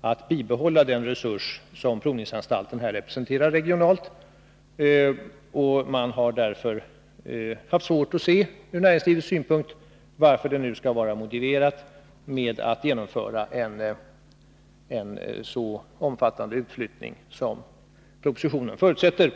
att bibehålla den resurs som provningsanstalten representerar regionalt. Man har därför ur näringslivets synpunkt haft svårt att se varför det skall vara motiverat att genomföra en så omfattande utflyttning som propositionen förutsätter.